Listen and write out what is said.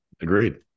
Agreed